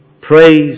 praise